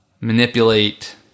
manipulate